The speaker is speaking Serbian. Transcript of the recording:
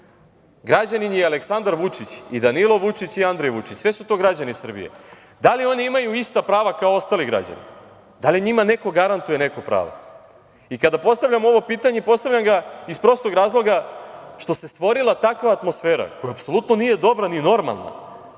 Građanin je Aleksandar Vučić i Danilo Vučić i Andrej Vučić, sve su to građani Srbije. Da li oni imaju ista prava kao ostali građani? Da li njima neko garantuje neka prava? Kada postavljam ovo pitanje, postavljam ga iz prostog razloga što se stvorila takva atmosfera koja apsolutno nije dobra ni normalna